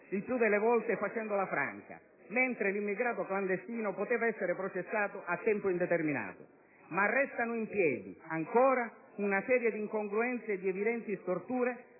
(il più delle volte facendola franca), mentre l'immigrato clandestino poteva essere processato a tempo indeterminato. Ma restano in piedi ancora una serie di incongruenze e di evidenti storture